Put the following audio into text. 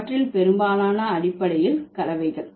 அவற்றில் பெரும்பாலானவை அடிப்படையில் கலவைகள்